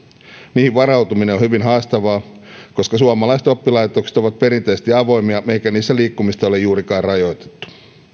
niihin varautuminen on hyvin haastavaa koska suomalaiset oppilaitokset ovat perinteisesti avoimia eikä niissä liikkumista ole juurikaan rajoitettu